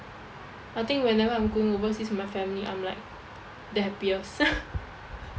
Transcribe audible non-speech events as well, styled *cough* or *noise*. I think whenever I'm going overseas with my family I'm like the happiest *laughs*